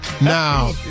Now